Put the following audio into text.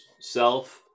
self